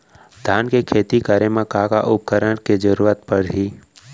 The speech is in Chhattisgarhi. धान के खेती करे मा का का उपकरण के जरूरत पड़हि?